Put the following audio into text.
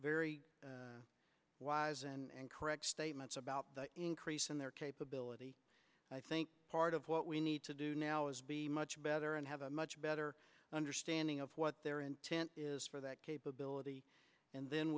very wise and correct statements about increasing their capability i think part of what we need to do now is be much better and have a much better understanding of what their intent is for that capability and then